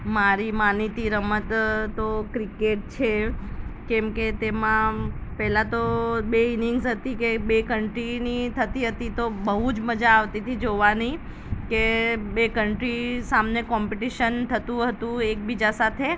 મારી માનીતી રમત તો ક્રિકેટ છે કેમકે તેમાં પહેલાં તો બે ઈનીગ હતી કે બે કન્ટ્રીની થતી હતી તો બહુ જ મજા આવતી તી જોવાની કે બે કન્ટ્રી સામને કોમ્પિટિશન થતું હતું એકબીજા સાથે